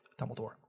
Dumbledore